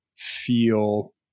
feel